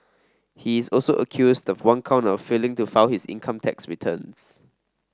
he is also accused of one count of failing to file his income tax returns